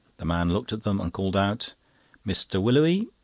the man looked at them, and called out mr. willowly!